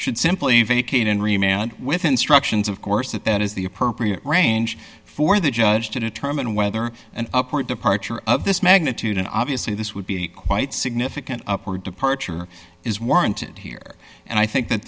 should simply vacate and remain with instructions of course that that is the appropriate range for the judge to determine whether an upward departure of this magnitude and obviously this would be quite significant upward departure is warranted here and i think that